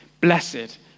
Blessed